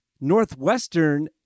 Northwestern